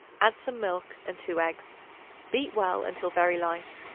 add some milk and two eggs beat well until very light.